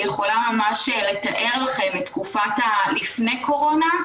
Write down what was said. היא יכולה ממש לתאר לכם את תקופת הלפני קורונה,